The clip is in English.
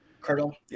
Colonel